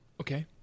Okay